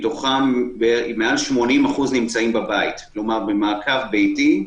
מתוכם מעל 80% בבית, כלומר במעקב ביתי,